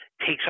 takes